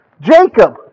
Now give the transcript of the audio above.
Jacob